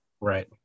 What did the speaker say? Right